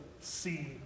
see